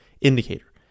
indicator